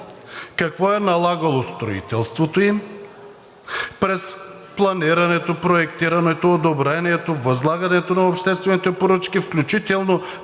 какво е налагало строителството им, през планирането, проектирането, одобрението, възлагането на обществените поръчки, включително